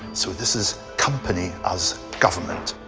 so, this is company as government.